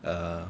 err